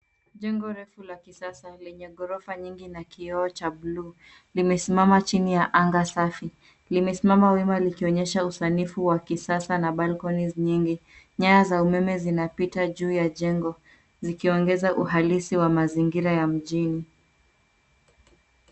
Jengo refu la kisasa , lenye ghorofa nyingi na kioo cha buluu limesimama chini ya anga safi. Limesimama wima likionyesha usanifu wa kisasa na balconies nyingi. Nyaya za umeme zinapita juu ya jengo, zikiongeza uhalisi wa mazingira ya mjini.